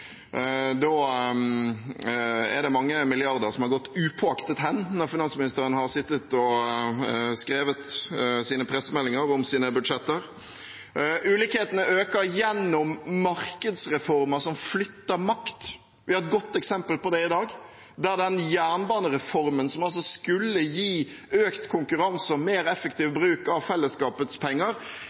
Da er det mange milliarder kroner som har gått upåaktet hen når finansministeren har sittet og skrevet pressemeldinger om sine budsjetter. Ulikhetene øker gjennom markedsreformer som flytter makt. Vi har et godt eksempel på det i dag, der jernbanereformen som skulle gi økt konkurranse og mer effektiv bruk av fellesskapets penger,